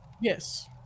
Yes